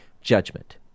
judgment